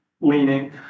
leaning